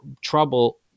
trouble